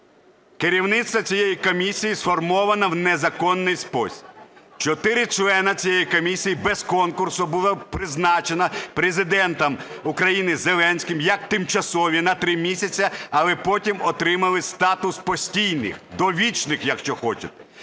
Керівництво цієї комісії сформовано в незаконний спосіб. Чотири члени цієї комісії без конкурсу були призначені Президентом України Зеленським як тимчасові на 3 місяці, але потім отримали статус постійних, довічних, якщо хочете.